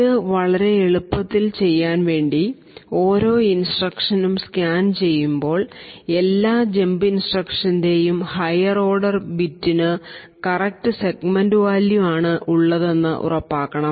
ഇത് വളരെ എളുപ്പത്തിൽ ചെയ്യാൻ വേണ്ടി ഓരോ ഇൻസ്ട്രക്ഷനും സ്കാൻ ചെയ്യുമ്പോൾ എല്ലാ ജബ് ഇൻസ്ട്രക്ഷൻറെയും ഹയർ ഓർഡർ ബിറ്റിനു കറക്റ്റ് സെഗ്മെന്റ് വാല്യൂ ആണ് ഉള്ളത് എന്ന് ഉറപ്പാക്കണം